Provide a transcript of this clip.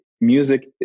music